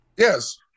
Yes